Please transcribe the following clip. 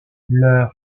leur